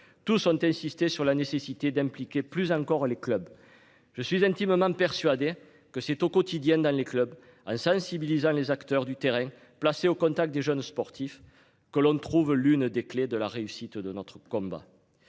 Tous ont insisté sur la nécessité d'impliquer plus encore les clubs. Je suis intimement persuadé que c'est au quotidien dans les clubs en sensibilisant les acteurs du terrain placés au contact des jeunes sportifs que l'on trouve l'une des clés de la réussite de notre combat.